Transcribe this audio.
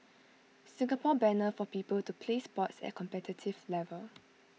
Singapore banner for people to play sports at competitive level